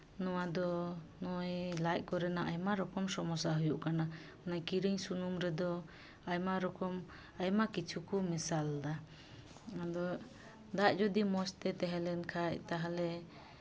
ᱱᱚᱣᱟ ᱫᱚ ᱱᱚᱜᱼᱚᱸᱭ ᱞᱟᱡ ᱠᱚᱨᱮᱱᱟᱜ ᱟᱭᱢᱟ ᱨᱚᱠᱚᱢ ᱥᱚᱢᱚᱥᱥᱟ ᱦᱩᱭᱩᱜ ᱠᱟᱱᱟ ᱚᱱᱟ ᱠᱤᱨᱤᱧ ᱥᱩᱱᱩᱢ ᱨᱮᱫᱚ ᱟᱭᱢᱟ ᱨᱚᱠᱚᱢ ᱟᱭᱢᱟ ᱠᱤᱪᱷᱩ ᱠᱚ ᱢᱮᱥᱟᱞᱫᱟ ᱟᱫᱚ ᱫᱟᱜ ᱡᱚᱫᱤ ᱢᱚᱡᱽ ᱛᱮ ᱛᱟᱦᱮᱸ ᱞᱮᱱᱠᱷᱟᱡ ᱛᱟᱦᱚᱞᱮ